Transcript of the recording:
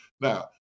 Now